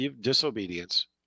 disobedience